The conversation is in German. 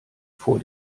vor